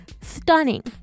stunning